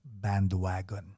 bandwagon